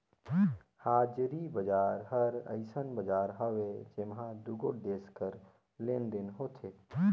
हाजरी बजार हर अइसन बजार हवे जेम्हां दुगोट देस कर लेन देन होथे